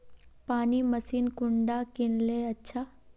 पानी मशीन कुंडा किनले अच्छा?